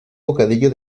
bocadillo